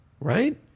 Right